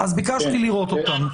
ביקשתי לראות אותם.